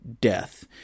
death